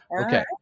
Okay